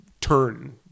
turn